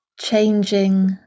changing